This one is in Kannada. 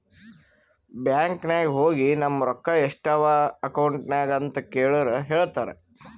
ಬ್ಯಾಂಕ್ ನಾಗ್ ಹೋಗಿ ನಮ್ ರೊಕ್ಕಾ ಎಸ್ಟ್ ಅವಾ ಅಕೌಂಟ್ನಾಗ್ ಅಂತ್ ಕೇಳುರ್ ಹೇಳ್ತಾರ್